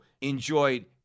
enjoyed